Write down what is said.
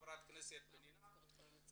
בחלק מהרשויות מיושמות כל הפעולות,